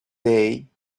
day